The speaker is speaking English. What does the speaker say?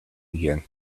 again